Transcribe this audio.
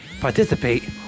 participate